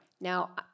Now